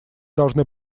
должны